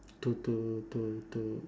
to to to to